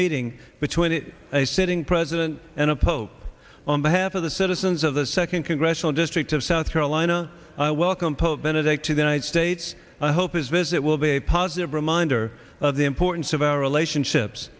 meeting between a sitting president and a pope on behalf of the citizens of the second congressional district of south carolina welcome pope benedict to the united states i hope his visit will be a positive reminder of the importance of our relationships